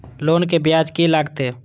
Loan के ब्याज की लागते?